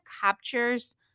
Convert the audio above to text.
captures